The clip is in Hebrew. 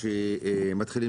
כי אף אחד לא רוצה לעבוד,